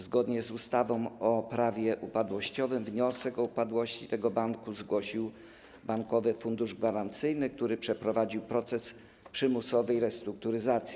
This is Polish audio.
Zgodnie z ustawą - Prawo upadłościowe wniosek o upadłości tego banku zgłosił Bankowy Fundusz Gwarancyjny, który przeprowadził proces przymusowej restrukturyzacji.